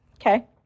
okay